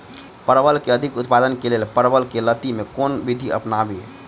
परवल केँ अधिक उत्पादन केँ लेल परवल केँ लती मे केँ कुन विधि अपनाबी?